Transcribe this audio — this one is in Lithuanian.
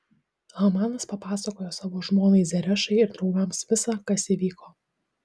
hamanas papasakojo savo žmonai zerešai ir draugams visa kas įvyko